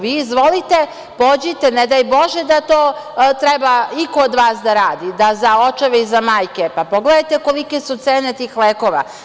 Vi izvolite, pođite, ne daj bože da to treba iko od vas da radi, da za očeve i za majke, pa pogledajte kolike su cene tih lekova.